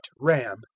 ram